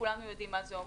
כולנו יודעים מה זה אומר,